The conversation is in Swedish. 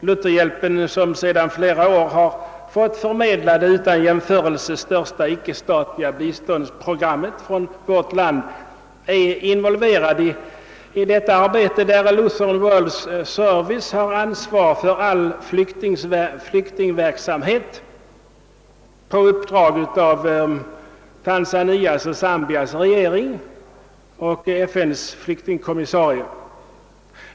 Lutherhjälpen som sedan flera år har fått förmedla det utan jämförelse största icke-statliga biståndsprogrammet är involverad i det arbete där Lutheran World Service har ansvar för all flyktingverksamhet på uppdrag av regeringarna i Tanzania och Zambia samt FN:s flyktingkommissarie.